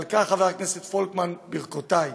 על כך, חבר הכנסת פולקמן, ברכותי.